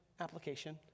application